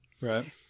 Right